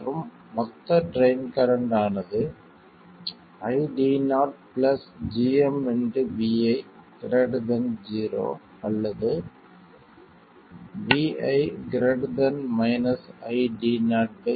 மற்றும் மொத்த drain current ஆனது ID0 gmvi 0 அல்லது vi ID0 gm